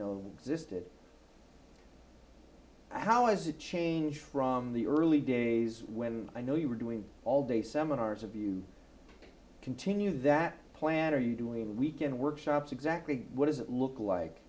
know existed how is the change from the early days when i know you were doing all day seminars of you continue that plan are you doing weekend workshops exactly what does it look like